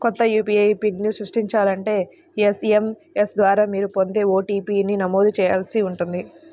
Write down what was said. కొత్త యూ.పీ.ఐ పిన్ని సృష్టించాలంటే ఎస్.ఎం.ఎస్ ద్వారా మీరు పొందే ఓ.టీ.పీ ని నమోదు చేయాల్సి ఉంటుంది